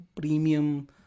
premium